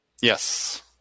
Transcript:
Yes